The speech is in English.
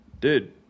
Dude